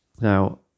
Now